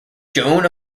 john